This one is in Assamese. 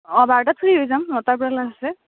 অঁ বাৰটাত ফ্ৰী হৈ যাম নটাৰ পৰা ক্লাছ আছে